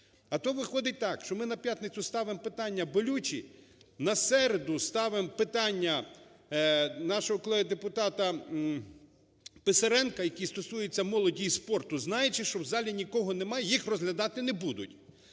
А то виходить так, що ми на п'ятницю ставимо питання болючі, на середу ставимо питання нашого колеги депутата Писаренка, які стосуються молоді і спорту, знаючи, що в залі нікого нема, їх розглядати не будуть.